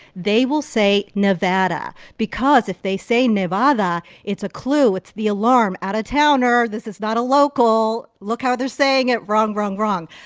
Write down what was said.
they will say nevada because if they say nevada, it's a clue, it's the alarm out-of-towner. this is not a local. look how they're saying it wrong, wrong, wrong.